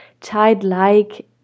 childlike